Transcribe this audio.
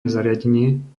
zariadenie